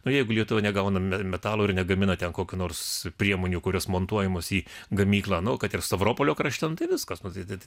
o jeigu jie negauna me metalų ir negamina ten kokių nors priemonių kurios montuojamos į gamyklą nu kad ir stavropolio krašte nu tai viskas nu tai tai